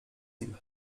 nim